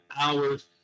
hours